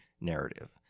narrative